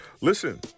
Listen